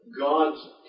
God's